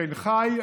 שנגחאי,